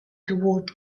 toward